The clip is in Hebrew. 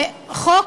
חוק